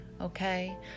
okay